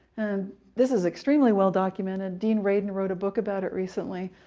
and this is extremely well documented. dean radin wrote a book about it recently,